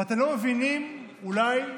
ואתם לא מבינים, אולי,